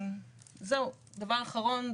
דבר אחרון,